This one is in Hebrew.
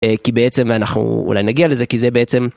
כי בעצם אנחנו אולי נגיע לזה, כי זה בעצם...